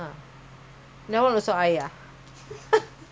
later you use the extra data all I have to pay